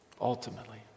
ultimately